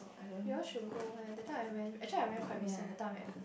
you all should go eh that time I went actually I went quite recent that time